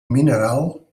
mineral